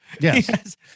Yes